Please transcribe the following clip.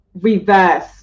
reverse